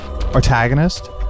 antagonist